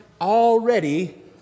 Already